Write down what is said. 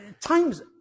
time's